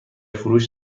فروش